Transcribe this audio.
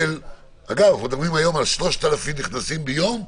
אגב, אנחנו מדברים היום על 3,000 נכנסים ביום,